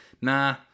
nah